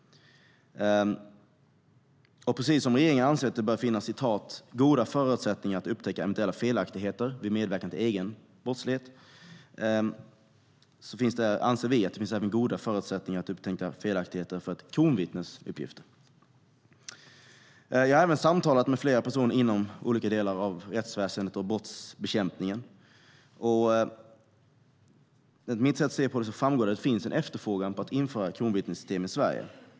Precis som regeringen anser att det bör finnas goda förutsättningar att upptäcka eventuella felaktigheter vid medverkan till utredning av egen brottslighet anser vi att det även finns goda förutsättningar att upptäcka felaktigheter i ett kronvittnes uppgifter. Jag har samtalat med flera personer inom olika delar av rättsväsendet och brottsbekämpningen. Enligt mitt sätt att se på det framgår det att det finns en efterfrågan på att införa ett kronvittnessystem i Sverige.